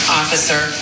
officer